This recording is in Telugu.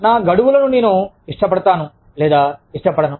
నా గడువులను నేను ఇష్టపడతాను లేదా ఇష్టపడను